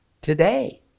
today